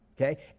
Okay